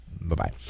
Bye-bye